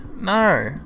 No